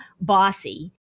bossy